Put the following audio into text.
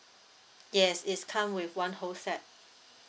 yes it's come with one whole set